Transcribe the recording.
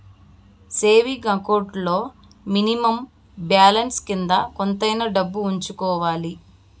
saving account లో minimum balance కింద కొంతైనా డబ్బు ఉంచుకోవాలి